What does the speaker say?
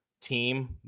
team